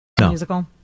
Musical